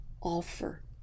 offer